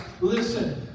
Listen